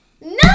No